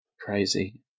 crazy